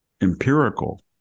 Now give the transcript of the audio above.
empirical